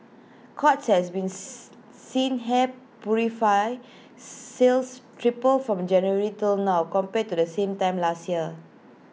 courts has beans seen hair purifier sales triple from January till now compared to the same time last year